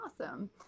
Awesome